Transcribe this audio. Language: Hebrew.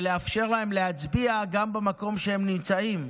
ולאפשר להם להצביע גם במקום שבו הם נמצאים,